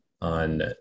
on